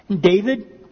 David